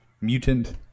mutant